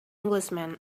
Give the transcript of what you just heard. englishman